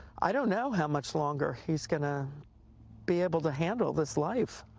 i don't know how much longer he's going to be able to handle this life.